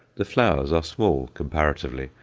the flowers are small comparatively,